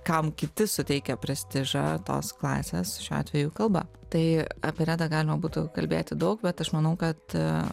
kam kiti suteikia prestižą tos klasės šiuo atveju kalba tai apie redą galima būtų kalbėti daug bet aš manau kad